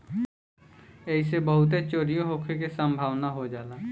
ऐइसे बहुते चोरीओ होखे के सम्भावना हो जाला